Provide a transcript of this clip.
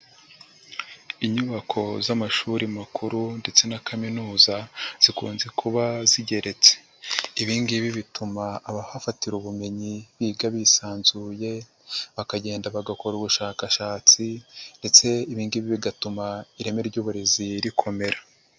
Inyubako z'amashuri makuru ndetse na kaminuza zikunze kuba zigeretse, ibingibi bituma abahafatira ubumenyi biga bisanzuye bakagenda bagakora ubushakashatsi ndetse ibi ngibi bigatuma ireme ry'uburezi rikomera.